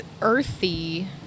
earthy